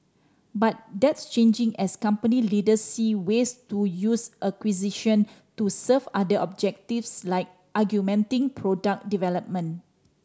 but that's changing as company leaders see ways to use acquisition to serve other objectives like augmenting product development